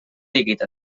líquid